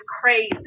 crazy